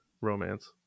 romance